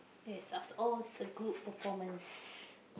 yes after all it's a good performance